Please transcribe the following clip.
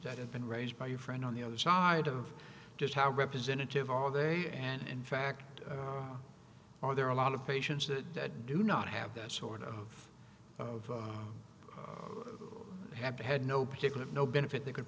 that have been raised by your friend on the other side of just how representative all day and in fact are there are a lot of patients that do not have that sort of have had no particular no benefit they could